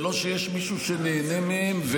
ללא שיש מישהו שנהנה מהם,